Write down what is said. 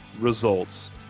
results